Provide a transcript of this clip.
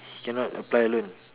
he can not apply alone